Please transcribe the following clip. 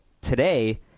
today